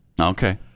Okay